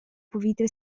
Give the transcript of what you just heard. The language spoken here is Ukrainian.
повітря